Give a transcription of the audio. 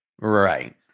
Right